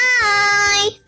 bye